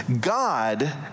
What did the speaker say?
God